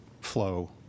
flow